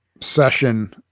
Session